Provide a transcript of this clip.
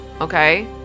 Okay